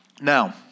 Now